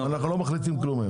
כולם הרוויחו מיליארדים,